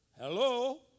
Hello